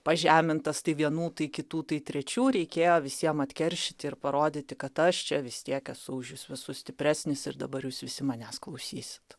pažemintas tai vienų tai kitų tai trečių reikėjo visiem atkeršyti ir parodyti kad aš čia vis tiek esu už jus visus stipresnis ir dabar jūs visi manęs klausysit